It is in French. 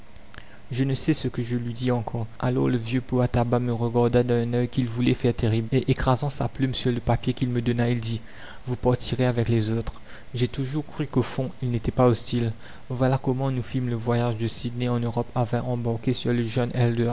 je ne sais ce que je lui dis encore alors le vieux pot à tabac me regarda d'un œil qu'il voulait faire terrible et écrasant sa plume sur le papier qu'il me donna il dit vous partirez avec les autres j'ai toujours cru qu'au fond il n'était pas hostile voilà comment nous fîmes le voyage de sydney en europe à vingt embarqués sur le